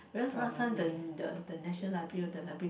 because last time the the the National Library or the library